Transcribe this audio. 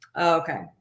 Okay